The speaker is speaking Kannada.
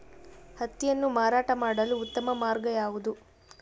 ಹತ್ತಿಯನ್ನು ಮಾರಾಟ ಮಾಡಲು ಉತ್ತಮ ಮಾರ್ಗ ಯಾವುದು?